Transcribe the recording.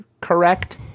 correct